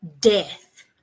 death